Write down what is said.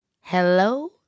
Hello